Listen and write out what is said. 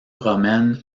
romaine